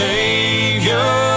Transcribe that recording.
Savior